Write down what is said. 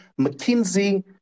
McKinsey